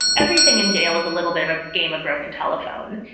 everything in jail is a little bit of a game of broken telephone.